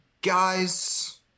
Guys